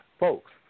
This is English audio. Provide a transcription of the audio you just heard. Folks